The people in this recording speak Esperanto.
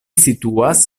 situas